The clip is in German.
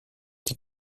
die